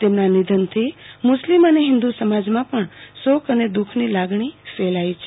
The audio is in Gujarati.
તેમના નિધનથી મુસ્મિલ અને હિન્દ્ર સમાજમાં પણ શોક અને દુઃખની લાગણી ફેલાઈ છે